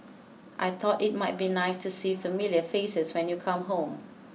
I thought it might be nice to see familiar faces when you come home